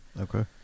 Okay